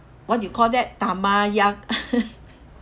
what you call that tamayak~